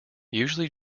usually